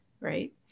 right